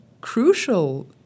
crucial